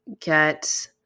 get